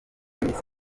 miss